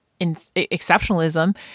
exceptionalism